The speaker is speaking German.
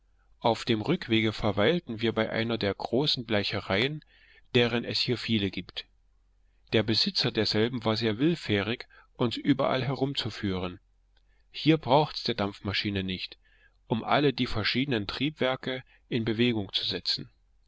auf dem rückwege verweilten wir bei einer der großen bleichereien deren es hier viele gibt der besitzer derselben war sehr willfährig uns überall herumzuführen hier braucht's der dampfmaschine nicht um alle die verschiedenen triebwerke in bewegung zu setzen